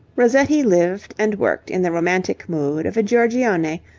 rossetti lived and worked in the romantic mood of a giorgione,